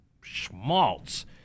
schmaltz